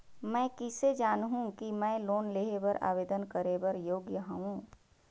मैं किसे जानहूं कि मैं लोन लेहे बर आवेदन करे बर योग्य हंव?